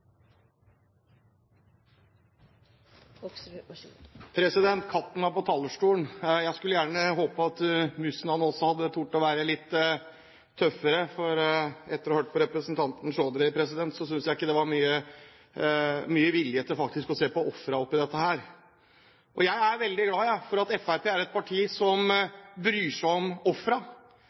også hadde tort å være litt tøffere, for etter å ha hørt på representanten Chaudhry, synes jeg ikke det var mye vilje der til å se på ofrene i dette. Jeg er veldig glad for at Fremskrittspartiet er et parti som bryr seg om